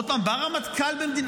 עוד פעם בא רמטכ"ל במדינה,